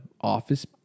office